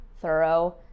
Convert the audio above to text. thorough